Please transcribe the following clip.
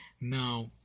now